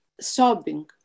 sobbing